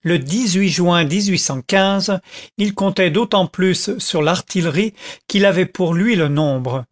le juin il comptait d'autant plus sur l'artillerie qu'il avait pour lui le nombre